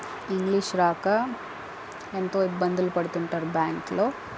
English రాక ఎంతో ఇబ్బందులు పడుతుంటారు బ్యాంకులో